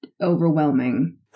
overwhelming